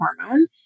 hormone